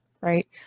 right